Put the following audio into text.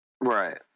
Right